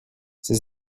ses